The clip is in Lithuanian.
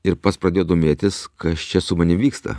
ir pats pradėjau domėtis kas čia su manim vyksta